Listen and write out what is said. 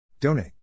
Donate